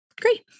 great